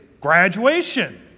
graduation